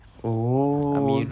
oh